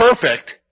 perfect